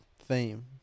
theme